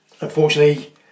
Unfortunately